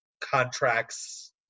contracts